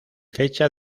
fecha